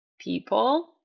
people